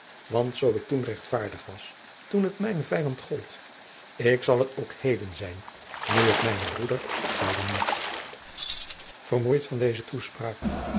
want zoo ik toen jacob van lennep de pleegzoon rechtvaardig was toen het mijnen vijand gold ik zal het ook heden zijn nu het mijnen broeder gelden moet vermoeid van deze toespraak